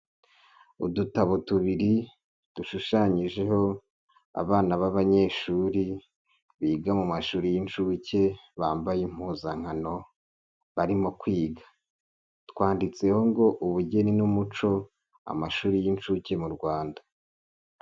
Udutabo tubiri dushushanyijeho abana b'abanyeshuri, biga mu mashuri y'inshuke bambaye impuzankano barimo kwiga, twanditseho ngo ubugeni n'umuco, amashuri y'inshuke mu Rwanda.